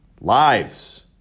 lives